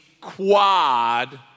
quad